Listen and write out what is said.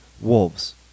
wolves